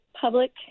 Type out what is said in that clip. Public